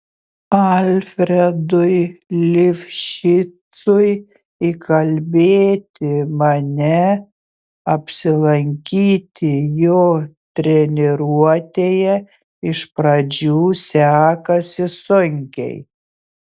alfredui lifšicui įkalbėti mane apsilankyti jo treniruotėje iš pradžių sekasi sunkiai